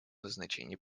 назначения